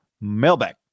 mailbag